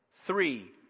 Three